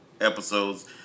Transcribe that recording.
episodes